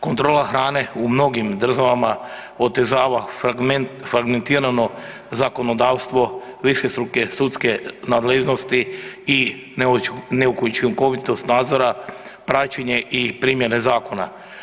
Kontrola hrane u mnogim državama otežava fragmentirano zakonodavstvo višestruke sudske nadležnosti i neučinkovitost nadzora, praćenje i primjene zakona.